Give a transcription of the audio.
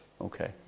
Okay